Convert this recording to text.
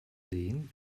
sehen